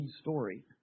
story